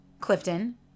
Clifton